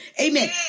Amen